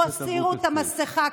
תסירו את המסכה,